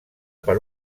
per